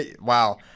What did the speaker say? Wow